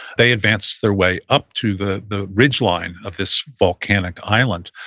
they advanced their way up to the the ridgeline of this volcanic island.